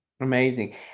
Amazing